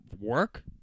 work